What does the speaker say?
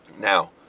now